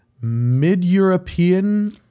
mid-European